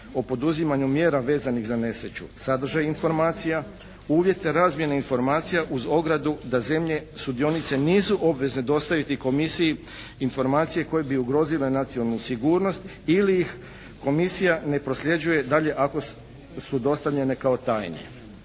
o poduzimanju mjera vezanih za nesreću, sadržaj informacija, uvjete razmjene informacija uz ogradu da zemlje sudionice nisu obvezne dostaviti komisiji informacije koje bi ugrozile nacionalnu sigurnost ili ih komisija ne prosljeđuje dalje ako sud ostavljene kao tajne.